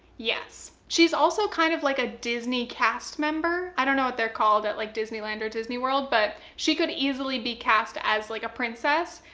yes. she's also kind of like, a disney cast member. i don't know what they're called, at like disney land or disney world, but she could easily be cast as like, a princess,